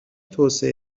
توسعه